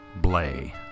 Blay